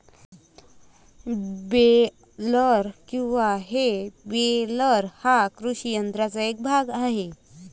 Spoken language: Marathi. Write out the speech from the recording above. बेलर किंवा हे बेलर हा कृषी यंत्राचा एक भाग आहे